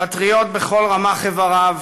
פטריוט בכל רמ"ח איבריו,